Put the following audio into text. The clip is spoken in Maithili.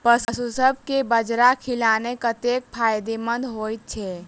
पशुसभ केँ बाजरा खिलानै कतेक फायदेमंद होइ छै?